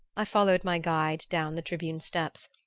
i followed my guide down the tribune steps,